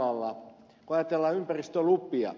kun ajatellaan ympäristölupia